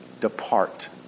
Depart